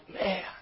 man